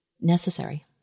necessary